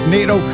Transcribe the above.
Nato